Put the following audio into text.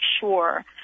sure